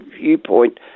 viewpoint